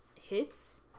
hits